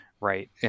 Right